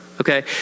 Okay